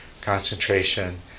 concentration